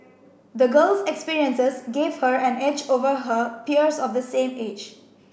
the girl's experiences gave her an edge over her peers of the same age